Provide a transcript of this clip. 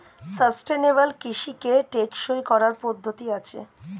sustainable কৃষিকে টেকসই করার পদ্ধতি আছে